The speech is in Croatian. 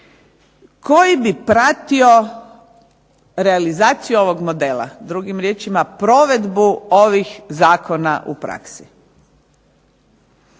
koji bi pratio realizaciju ovog modela, drugim riječima provedbu ovih zakona u praksi.